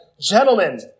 Gentlemen